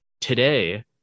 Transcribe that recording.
today